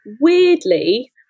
Weirdly